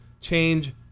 Change